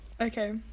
okay